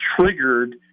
triggered